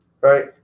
right